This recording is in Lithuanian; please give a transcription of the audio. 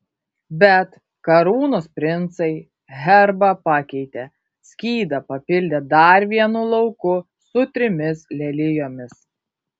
bet karūnos princai herbą pakeitė skydą papildė dar vienu lauku su trimis lelijomis